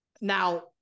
now